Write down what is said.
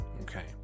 okay